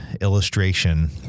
illustration